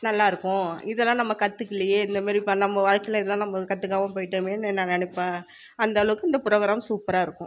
நல்லாயிருக்கும் இதெல்லாம் நம்ம கத்துக்கலையே இந்த மாதிரி நம்ம வாழக்கையில் இதெல்லாம் நம்ம கத்துக்காமல் போய்ட்டோமேனு நான் நினைப்பேன் அந்த அளவுக்கு இந்த ப்ரோக்ராம் சூப்பராக இருக்கும்